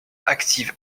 active